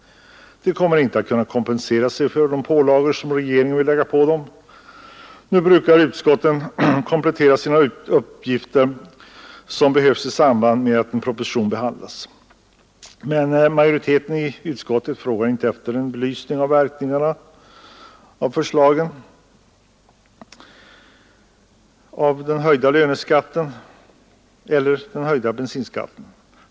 De kommer inte att kunna kompensera sig för de pålagor som regeringen vill lägga på dem. Utskotten brukar komplettera med nödvändiga uppgifter innan en proposition behandlas. Men majoriteten i utskottet frågar inte efter en belysning av verkningarna av förslagen om höjning av löneskatten och bensinskatten.